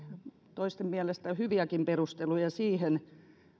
toisten mielestä hyviäkin perusteluja siihen